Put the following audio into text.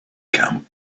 camp